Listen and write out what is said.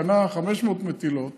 קנה 500 מטילות